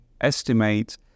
Estimate